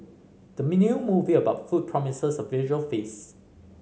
the movie about food promises a visual feast